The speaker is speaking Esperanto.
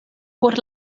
por